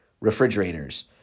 refrigerators